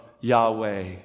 Yahweh